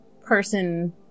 person